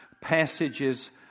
passages